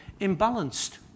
imbalanced